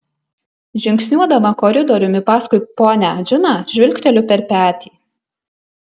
žingsniuodama koridoriumi paskui ponią džiną žvilgteliu per petį